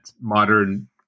modern